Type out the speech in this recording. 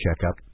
checkup